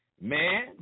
man